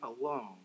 alone